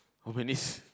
how many s~